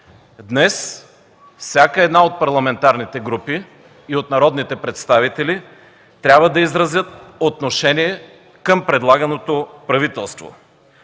Днес всяка една от парламентарните групи и от народните представители трябва да изразят отношение към предлаганото правителство.